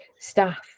staff